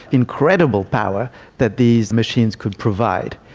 incredible power that these machines could provide.